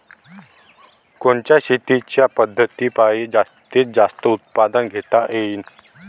कोनच्या शेतीच्या पद्धतीपायी जास्तीत जास्त उत्पादन घेता येईल?